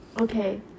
Okay